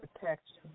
protection